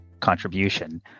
contribution